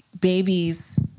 babies